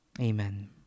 Amen